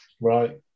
Right